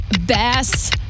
bass